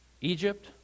Egypt